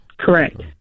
Correct